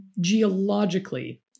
geologically